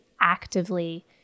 actively